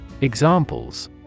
Examples